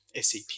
SAP